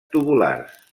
tubulars